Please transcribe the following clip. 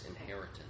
inheritance